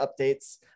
updates